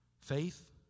faith